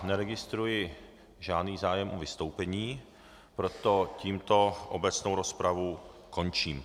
Neregistruji žádný zájem o vystoupení, proto tímto obecnou rozpravu končím.